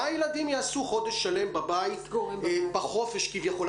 מה הילדים יעשו חודש שלם בבית בחופש כביכול?